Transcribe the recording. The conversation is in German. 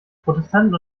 protestanten